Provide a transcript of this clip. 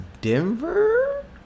Denver